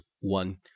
one